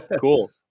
cool